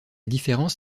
différence